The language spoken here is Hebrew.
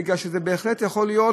בגלל שזה בהחלט יכול להיות,